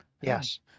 Yes